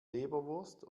leberwurst